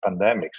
pandemics